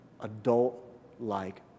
Adult-like